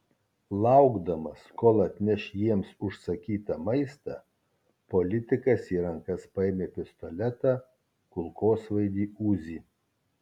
laukdamas kol atneš jiems užsakytą maistą politikas į rankas paėmė pistoletą kulkosvaidį uzi